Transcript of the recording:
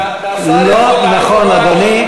והשר יכול לענות או לא לענות.